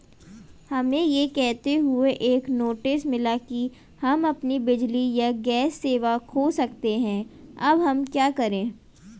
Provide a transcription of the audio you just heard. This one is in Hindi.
हमें यह कहते हुए एक नोटिस मिला कि हम अपनी बिजली या गैस सेवा खो सकते हैं अब हम क्या करें?